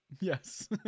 Yes